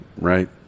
Right